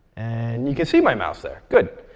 and you can see my mouse there. good.